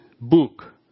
book